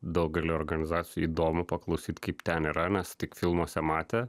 daugelio organizacijų įdomu paklausyti kaip ten yra mes tik filmuose matę